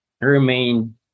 remain